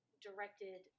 directed